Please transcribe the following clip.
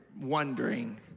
wondering